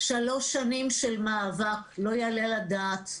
3 שנים של מאבק, לא יעלה על הדעת.